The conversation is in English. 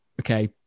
okay